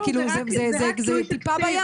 זה כאילו, זה טיפה בים.